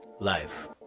life